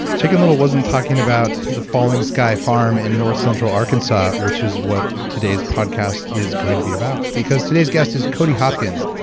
chicken little wasn't talking about the falling sky farm in north central arkansas, which is what today's podcast is going to be about, because today's guest is cody hopkins,